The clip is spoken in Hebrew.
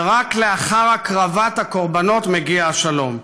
שרק לאחר הקרבת קורבנות מגיע השלום?